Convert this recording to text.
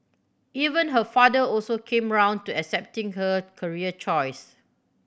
even her father also came round to accepting her career choice